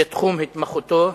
זה תחום התמחותו.